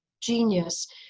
genius